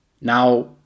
Now